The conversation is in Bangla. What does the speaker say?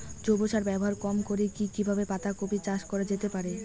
জৈব সার ব্যবহার কম করে কি কিভাবে পাতা কপি চাষ করা যেতে পারে?